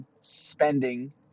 spending